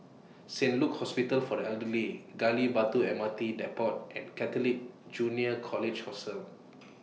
Saint Luke's Hospital For The Elderly Gali Batu M R T Depot and Catholic Junior College Hostel